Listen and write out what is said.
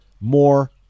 more